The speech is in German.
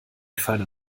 feiner